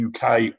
UK